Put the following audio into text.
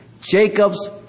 Jacob's